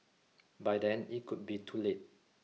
by then it could be too late